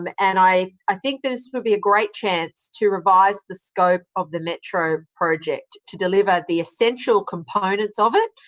um and i i think this would be a great chance to revise the scope of the metro project, to deliver the essential components of it,